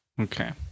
Okay